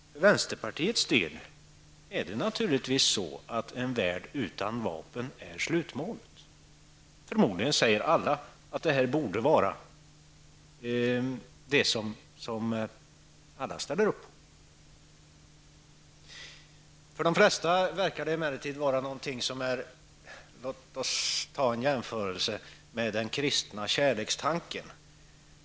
För vänsterpartiets del är slutmålet en värld utan vapen. Förmodligen säger alla att det här vore någonting som alla ställer upp för. Men för det mesta verkar det vara någonting som är -- låt oss göra en liknelse -- som den kristna kärlekstanken.